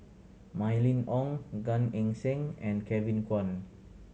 Mylene Ong Gan Eng Seng and Kevin Kwan